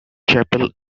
chapel